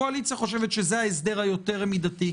הקואליציה חושבת שהוא ההסדר המידתי יותר.